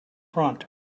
front